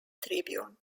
tribune